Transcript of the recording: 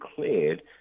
declared